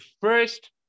first